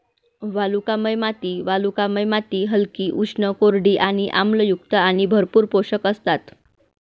वालुकामय माती वालुकामय माती हलकी, उष्ण, कोरडी आणि आम्लयुक्त आणि भरपूर पोषक असतात